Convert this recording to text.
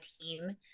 team